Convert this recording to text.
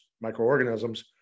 microorganisms